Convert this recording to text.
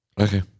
Okay